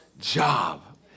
job